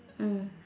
mm